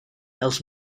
els